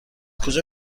کجا